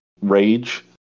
rage